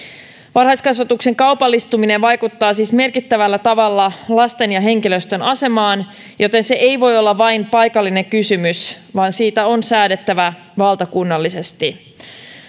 varhaiskasvatuksen kaupallistuminen vaikuttaa siis merkittävällä tavalla lasten ja henkilöstön asemaan joten se ei voi olla vain paikallinen kysymys vaan siitä on säädettävä valtakunnallisesti